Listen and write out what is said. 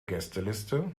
gästeliste